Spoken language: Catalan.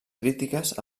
crítiques